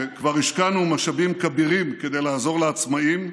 כבר השקענו משאבים כבירים כדי לעזור לעצמאים,